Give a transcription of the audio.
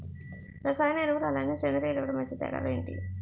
రసాయన ఎరువులు అలానే సేంద్రీయ ఎరువులు మధ్య తేడాలు ఏంటి?